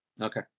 Okay